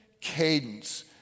cadence